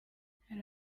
hari